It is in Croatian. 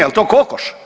Je l' to kokoš?